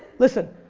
listen,